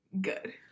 good